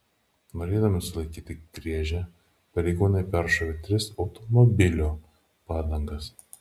norėdami sulaikyti griežę pareigūnai peršovė tris automobilio padangas